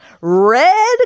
Red